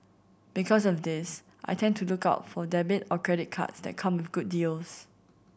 because of this I tend to look out for debit or credit cards that come with good deals